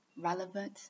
relevant